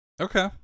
okay